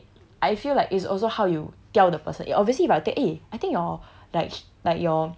okay I feel like it's also how you tell the person eh obviously if I will tell eh I think your